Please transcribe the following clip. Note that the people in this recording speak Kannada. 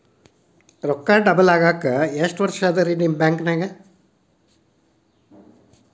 ರೊಕ್ಕ ಡಬಲ್ ಆಗಾಕ ಎಷ್ಟ ವರ್ಷಾ ಅದ ರಿ ನಿಮ್ಮ ಬ್ಯಾಂಕಿನ್ಯಾಗ?